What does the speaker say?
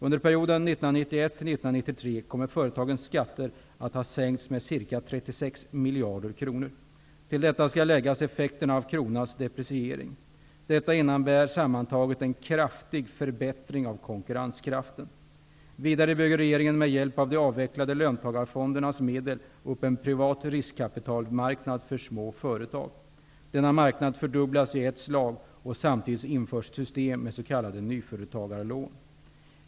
Under perioden 1991--1993 kommer företagens skatter att sänkas med ca 36 miljarder kronor. Till detta skall läggas effekterna av kronans depreciering. Detta innebär sammantaget en kraftig förbättring av konkurrenskraften. Vidare bygger regeringen med hjälp av de avvecklade löntagarfondernas medel upp en privat riskkapitalmarknad för småföretag. Denna marknad fördubblas i ett slag, och samtidigt införs ett system med s.k. nyföretagarlån.